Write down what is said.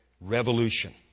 revolution